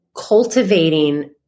cultivating